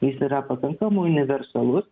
jis yra pakankamai universalus